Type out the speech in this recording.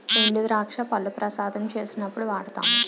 ఎండుద్రాక్ష పళ్లు ప్రసాదం చేసినప్పుడు వాడుతాము